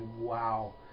wow